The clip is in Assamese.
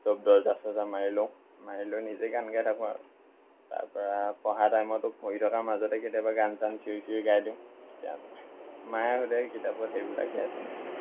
সব দৰ্জা চৰ্জা মাৰি লওঁ মাৰি লৈ নিজে গান গাই থাকোঁ আৰু তাৰপৰা পঢ়া টাইমতো পঢ়ি থকাৰ মাজতে কেতিয়াবা গান চান চিঞৰি চিঞৰি গাই দিওঁ তেতিয়া মায়ে সুধে কিতাপত সেইবিলাকে আছে নেকি বুলি